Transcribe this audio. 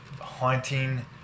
haunting